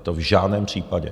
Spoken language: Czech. To v žádném případě.